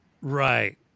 Right